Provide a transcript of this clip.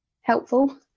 helpful